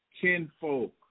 kinfolk